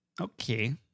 Okay